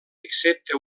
excepte